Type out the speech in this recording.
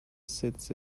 sits